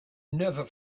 never